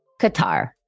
qatar